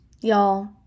y'all